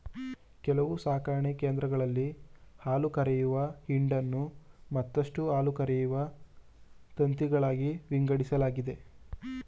ಕೆಲವು ಸಾಕಣೆ ಕೇಂದ್ರಗಳಲ್ಲಿ ಹಾಲುಕರೆಯುವ ಹಿಂಡನ್ನು ಮತ್ತಷ್ಟು ಹಾಲುಕರೆಯುವ ತಂತಿಗಳಾಗಿ ವಿಂಗಡಿಸಲಾಗಿದೆ